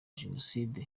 jenoside